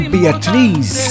Beatriz